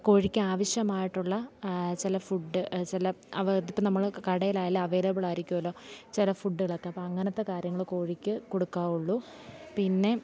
കോഴിക്ക് ആവശ്യമായിട്ടുള്ള ചില ഫുഡ് ചില അവ അതിപ്പോൾ നമ്മൾ കടയിലായാലും അവൈലബിൾ ആയിരിക്കുമല്ലോ ചില ഫുഡ്കളൊക്കെ അപ്പോൾ അങ്ങനത്തെ കാര്യങ്ങൾ കോഴിക്ക് കൊടുക്കാവുള്ളൂ പിന്നെ